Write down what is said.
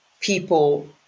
people